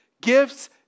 gifts